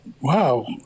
wow